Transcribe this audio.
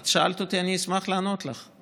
את שאלת אותי, אני אשמח לענות לך.